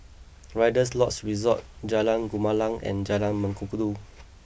Rider's Lodge Resort Jalan Gumilang and Jalan Mengkudu